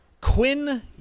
Quinn